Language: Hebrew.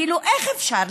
כאילו, איך אפשר?